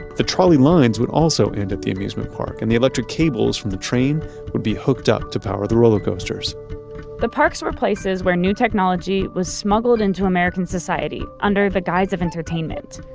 the trolley lines would also end at the amusement park and the electric cables from the train would be hooked up to power the roller coasters the parks were places where new technology was smuggled into american society under the guise of entertainment.